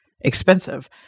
expensive